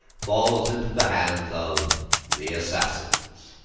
falls into the hands of the assassins.